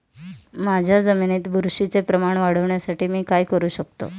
माझ्या जमिनीत बुरशीचे प्रमाण वाढवण्यासाठी मी काय करू शकतो?